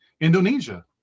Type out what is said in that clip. Indonesia